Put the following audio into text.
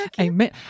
Amen